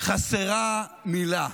חסרה מילה.